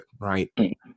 right